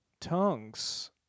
tongues